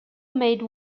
made